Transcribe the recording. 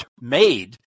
made